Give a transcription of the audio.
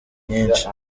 nyinshi